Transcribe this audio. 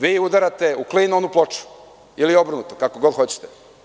Vi udarate u klin, on u ploču ili obrnuto, kako god hoćete.